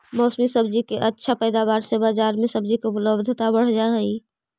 मौसमी सब्जि के अच्छा पैदावार से बजार में सब्जि के उपलब्धता बढ़ जा हई